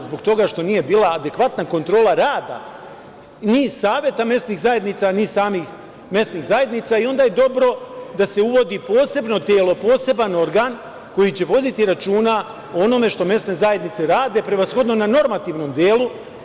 Zbog toga što nije bila adekvatna kontrola rada ni saveta mesnih zajednica, ni samih mesnih zajednica i onda je dobro da se uvodi posebno telo, poseban organ koji će voditi računa o onome što mesne zajednice rade, prevashodno na normativnom delu.